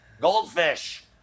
goldfish